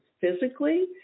physically